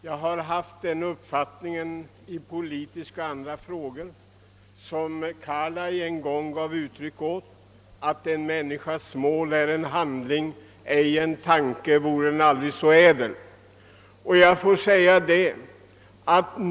Jag har den uppfattning i politiska och andra frågor som Carlyle en gång gav uttryck åt: En människas mål är en handling, ej en tanke, vore den aldrig så ädel.